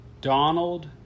Donald